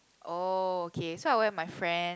oh okay so I went with my friend